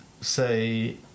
Say